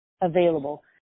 available